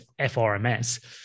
FRMS